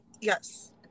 yes